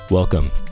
Welcome